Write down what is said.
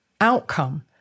outcome